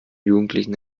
jugendlichen